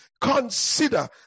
Consider